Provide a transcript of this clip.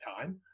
time